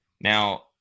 Now